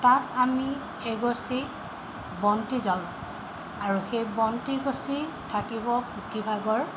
তাত আমি এগছি বন্তি জ্বলাওঁ আৰু সেই বন্তিগছি থাকিব পুথিভাগৰ